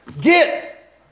Get